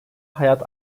hayat